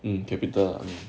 um capital